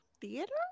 theater